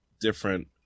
different